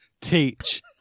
teach